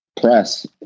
press